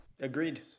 Agreed